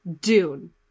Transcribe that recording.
Dune